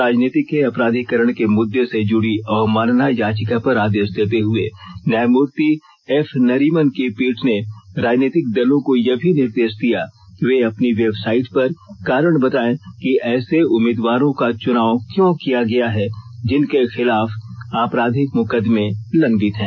राजनीति के अपराधीकरण के मुद्दे से जुड़ी अवमानना याचिका पर आदेश देते हुए न्यायमूर्ति एफ नरीमन की पीठ ने राजनीतिक दलों को यह भी निर्देश दिया कि वे अपनी वेबसाइट पर कारण बतायें कि ऐसे उम्मीदवारों का चुनाव क्यों किया गया है जिन के खिलाफ आपराधिक मुकदमे लम्बित हैं